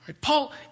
Paul